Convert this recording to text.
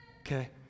Okay